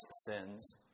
sins